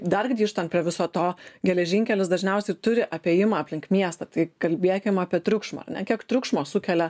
dar grįžtant prie viso to geležinkelis dažniausiai turi apėjimą aplink miestą tai kalbėkim apie triukšmą kiek triukšmo sukelia